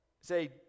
say